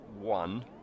one